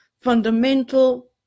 fundamental